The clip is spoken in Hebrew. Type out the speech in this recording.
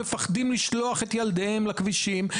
אנשים מפחדים לשלוח את ילדיהם לכבישים,